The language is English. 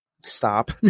stop